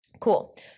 Cool